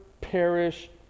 perish